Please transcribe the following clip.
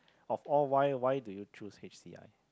of all why why do you choose H_C_I